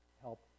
help